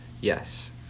Yes